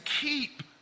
keep